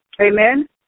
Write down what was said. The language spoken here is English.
Amen